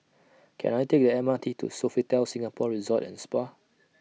Can I Take The M R T to Sofitel Singapore Resort and Spa